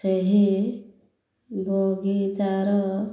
ସେହି ବଗିଚାର